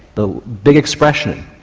the big expression,